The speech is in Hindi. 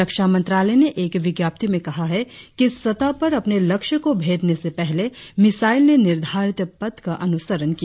रक्षा मंत्रालय ने एक विज्ञप्ति में कहा है कि सतह पर अपने लक्ष्य को भेदने से पहले मिसाइल ने निर्धारित पथ का अनुसरण किया